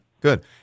good